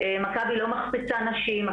מכבי לא מחפיצה נשים,